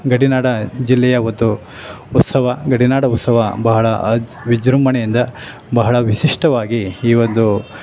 ಗಡಿನಾಡ ಜಿಲ್ಲೆಯ ಒತ್ತು ಉತ್ಸವ ಗಡಿನಾಡ ಉತ್ಸವ ಬಹಳ ಆ ವಿಜೃಂಭಣೆಯಿಂದ ಬಹಳ ವಿಶಿಷ್ಟವಾಗಿ ಈ ಒಂದು